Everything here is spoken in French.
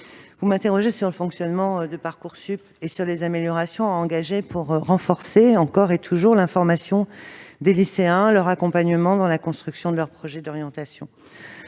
vous m'interrogez sur le fonctionnement de Parcoursup et sur les améliorations à engager pour renforcer, encore et toujours, l'information des lycéens, leur accompagnement dans la construction de leur projet d'orientation.